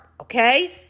Okay